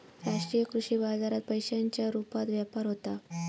राष्ट्रीय कृषी बाजारात पैशांच्या रुपात व्यापार होता